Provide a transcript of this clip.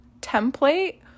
template